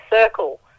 circle